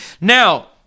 now